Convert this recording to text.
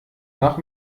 nach